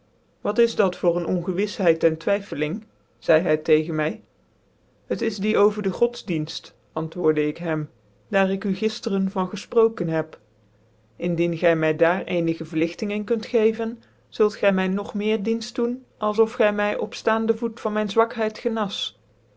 wat is dat voor een ongewisheid en twyffeling zeide hy tegens my hec is die over den godsdicnft antwoordc ik hem daar ik u giftcren van gefproken heb indien gy my daar ccnigc vcrligting in kunt geven zult gy my nog meer dienft doen als of gy my op ftaande voet van myn zwakheid genas